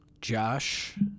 Josh